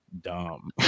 dumb